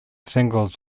singles